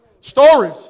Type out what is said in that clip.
stories